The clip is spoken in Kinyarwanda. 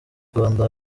rwanda